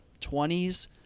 20s